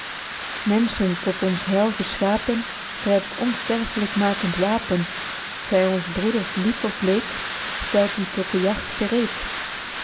menschen tot ons heil geschapen grypt t onsterflykmakend wapen t zy onz broeders lief of leed stelt u tot de jagt gereed